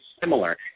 similar